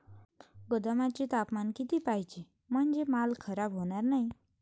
गोदामाचे तापमान किती पाहिजे? म्हणजे माल खराब होणार नाही?